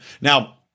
now